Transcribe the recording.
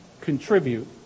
contribute